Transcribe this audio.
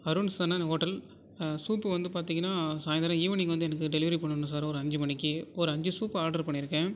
அருண் சனன் hotel soup வந்து பார்த்திங்கன்னா சாய்ந்திரம் ஈவினிங் வந்து எனக்கு டெலிவரி பண்ணணும் சார் ஒரு அஞ்சு மணிக்கு ஒரு அஞ்சு சூப் ஆடரு பண்ணியிருக்கேன்